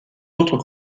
autres